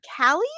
Callie